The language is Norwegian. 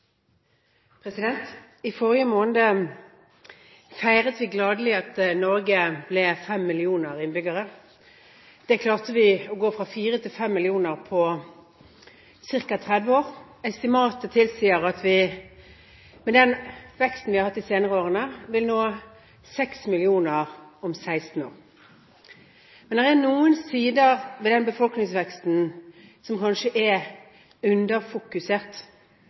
I forrige måned feiret vi gladelig at vi i Norge ble fem millioner innbyggere. Vi klarte å gå fra fire til fem millioner på ca. 30 år. Estimatet tilsier at vi med den veksten vi har hatt de senere årene, vil nå seks millioner om 16 år. Men det er noen sider ved den befolkningsveksten som kanskje er